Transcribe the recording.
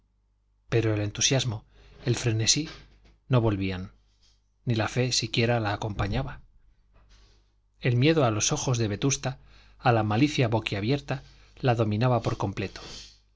pero el entusiasmo el frenesí no volvían ni la fe siquiera la acompañaba el miedo a los ojos de vetusta a la malicia boquiabierta la dominaba por completo